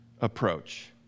approach